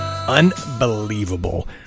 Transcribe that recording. unbelievable